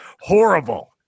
horrible